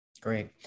great